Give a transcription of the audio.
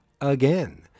again